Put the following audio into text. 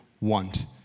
want